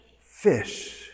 fish